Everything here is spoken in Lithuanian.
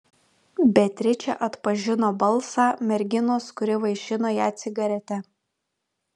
beatričė atpažino balsą merginos kuri vaišino ją cigarete